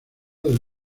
del